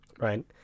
right